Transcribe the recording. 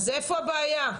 אז איפה הבעיה?